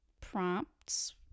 prompts